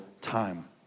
time